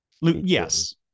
yes